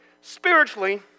spiritually